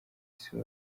isi